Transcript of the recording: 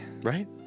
Right